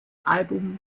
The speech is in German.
album